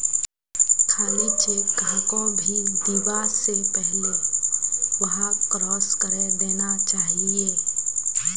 खाली चेक कहाको भी दीबा स पहले वहाक क्रॉस करे देना चाहिए